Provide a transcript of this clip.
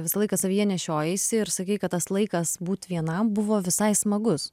visą laiką savyje nešiojiesi ir sakei kad tas laikas būt vienam buvo visai smagus